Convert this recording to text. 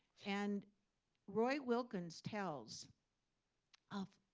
and roy wilkins tells of,